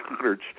church